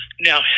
Now